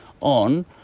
on